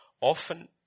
Often